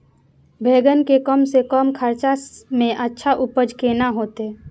बेंगन के कम से कम खर्चा में अच्छा उपज केना होते?